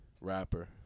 Rapper